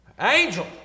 angel